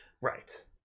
Right